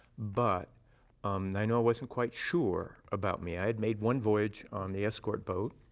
but nainoa wasn't quite sure about me. i had made one voyage on the escort boat,